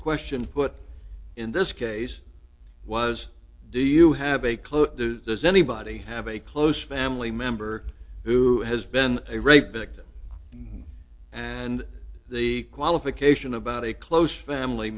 question put in this case was do you have a close there's anybody have a close family member who has been a rape victim and the qualification about a close family